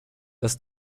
dass